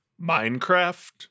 minecraft